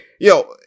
yo